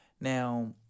Now